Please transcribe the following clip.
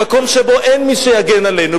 במקום שאין מי שיגן עלינו,